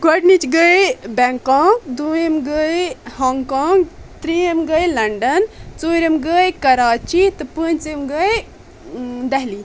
گوڈنچ گٔے بنکاک دۄیم گٔے ہونگکانگ ترٚیٚیِم گٔے لنڈن ژوٗرم گٔے کراچی تہِ پٲنژم گٔے دہلی